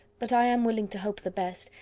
but i am willing to hope the best,